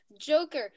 Joker